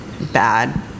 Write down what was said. bad